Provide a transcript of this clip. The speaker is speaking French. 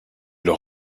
leur